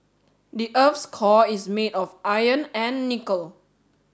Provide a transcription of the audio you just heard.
the earth's core is made of iron and nickel